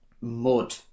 mud